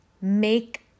make